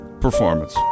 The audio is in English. performance